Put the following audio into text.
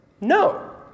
no